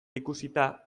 ikusita